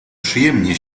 przyjemnie